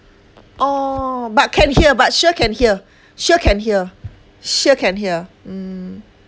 orh but can hear but sure can hear sure can hear sure can hear mm